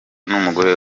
n’umugore